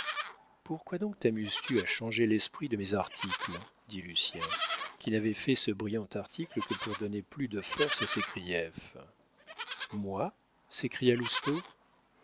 pourquoi donc tamuses tu à changer l'esprit de mes articles dit lucien qui n'avait fait ce brillant article que pour donner plus de force à ses griefs moi